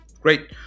Great